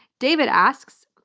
david asks,